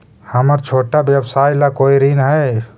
हमर छोटा व्यवसाय ला कोई ऋण हई?